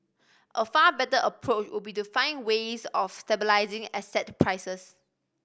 a far better approach would be to find ways of stabilising asset prices